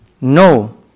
no